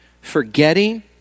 Forgetting